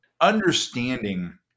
understanding